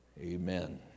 Amen